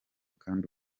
kandi